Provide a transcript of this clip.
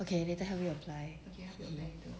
okay later help you apply